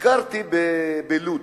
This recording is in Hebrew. ביקרתי בלוד,